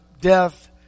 death